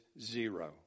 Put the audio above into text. zero